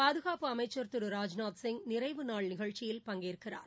பாதுகாப்பு அமைச்சர் திரு ராஜ்நாத் சிங் நிறைவு நாள் நிகழ்ச்சியில் பங்கேற்கிறார்